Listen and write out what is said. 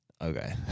okay